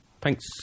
Thanks